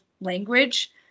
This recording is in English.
language